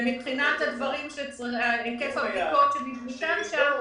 ומבחינת היקף הבדיקות שניתן שם,